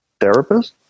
therapist